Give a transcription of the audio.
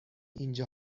اینجا